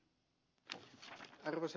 arvoisa puhemies